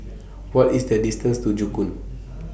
What IS The distance to Joo Koon